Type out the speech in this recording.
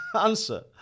answer